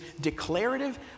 declarative